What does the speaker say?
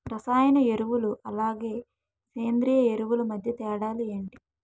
రసాయన ఎరువులు అలానే సేంద్రీయ ఎరువులు మధ్య తేడాలు ఏంటి?